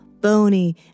bony